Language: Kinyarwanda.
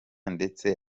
ndetse